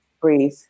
breathe